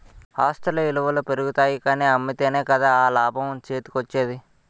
ఆస్తుల ఇలువలు పెరుగుతాయి కానీ అమ్మితేనే కదా ఆ లాభం చేతికోచ్చేది?